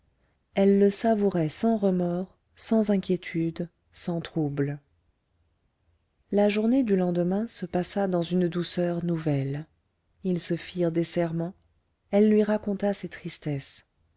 elle le savourait sans remords sans inquiétude sans trouble la journée du lendemain se passa dans une douceur nouvelle ils se firent des serments elle lui raconta ses tristesses